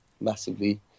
massively